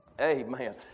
Amen